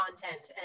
content